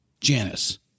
Janice